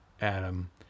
adam